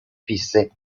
fisse